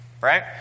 right